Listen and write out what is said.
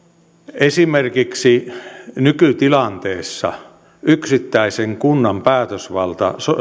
esimerkiksi nykytilanteessa yksittäisen kunnan päätösvalta